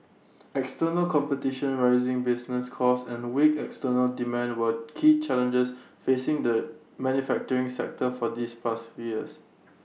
external competition rising business costs and weak external demand were key challenges facing the manufacturing sector for this past few years